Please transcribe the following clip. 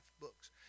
books